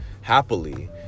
happily